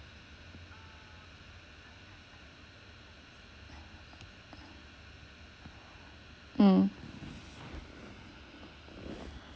mm